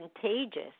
contagious